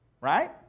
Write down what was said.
Right